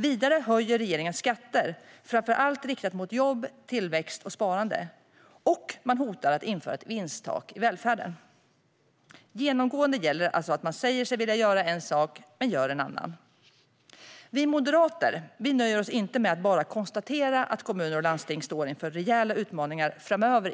Vidare höjer regeringen skatter, framför allt riktat mot jobb, tillväxt och sparande. Och man hotar med att införa ett vinsttak i välfärden. Genomgående gäller att man säger sig vilja göra en sak men gör en annan. Vi moderater nöjer oss inte med att i vår budget bara konstatera att kommuner och landsting står inför rejäla utmaningar framöver.